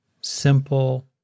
simple